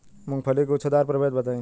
मूँगफली के गूछेदार प्रभेद बताई?